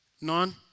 None